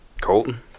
Colton